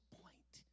point